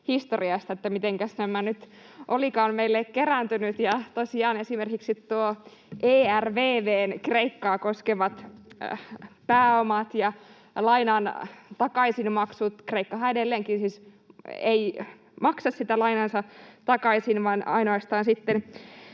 historiasta, mitenkäs nämä nyt olikaan meille kerääntyneet. Ja tosiaan esimerkiksi nuo ERVV:n Kreikkaa koskevat pääomat ja lainan takaisinmaksut: Kreikkahan edelleenkään ei siis maksa sitä lainaansa takaisin, vaan ainoastaan lisätään